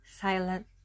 silent